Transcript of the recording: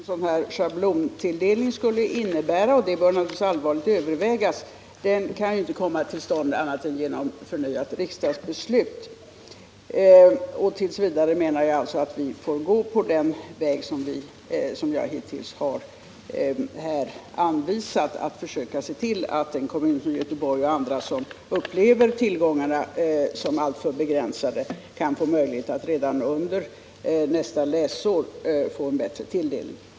Herr talman! En sådan förändring som en schablontilldelning skulle innebära — och den bör naturligtvis allvarligt övervägas — kan inte komma till stånd annat än genom förnyat riksdagsbeslut. T. v. menar jag alltså att vi får gå på den väg som jag hittills har anvisat här — att försöka se till att kommuner som Göteborg och andra, som upplever tillgångarna som alltför begränsade, kan få möjlighet att redan under nästa läsår få en bättre tilldelning inom gällande ram.